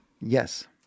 Yes